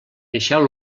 deixeu